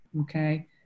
Okay